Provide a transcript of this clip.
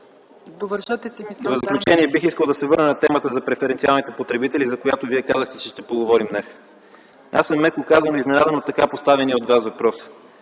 МИНИСТЪР ТРАЙЧО ТРАЙКОВ: В заключение бих искал да се върна на темата за преференциалните потребители, за която Вие казахте, че ще поговорим днес. Аз съм, меко казано, изненадан от така поставения от Вас въпрос.